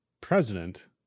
president